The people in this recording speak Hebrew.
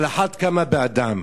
על אחת כמה באדם.